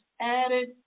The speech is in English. added